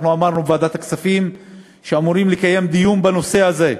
אמרנו בוועדת הכספים שאנו אמורים לקיים דיון בנושא הזה,